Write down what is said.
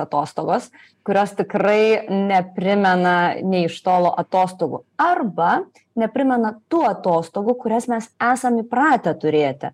atostogos kurios tikrai neprimena nei iš tolo atostogų arba neprimena tų atostogų kurias mes esam įpratę turėti